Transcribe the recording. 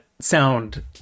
sound